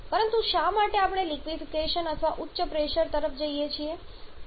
પરંતુ શા માટે આપણે લિક્વિફિકેશન અથવા ઉચ્ચ પ્રેશર તરફ જઈએ છીએ